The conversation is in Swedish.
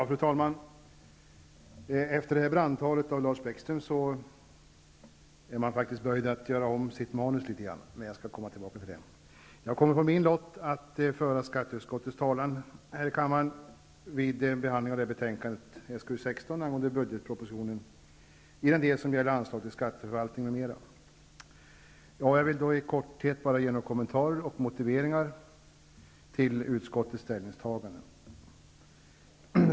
Fru talman! Efter detta brandtal av Lars Bäckström är jag faktiskt böjd för att göra om mitt manus litet grand. Jag skall dock komma tillbaka till honom. Det har kommit på min lott att vara skatteutskottets talesman här i kammaren vid behandlingen av skatteutskottets betänkande 16 angående budgetpropositionen i den del som gäller anslag till skatteförvaltningen m.m. Jag vill bara i korthet ge några kommentarer och motiveringar till utskottets ställningstaganden.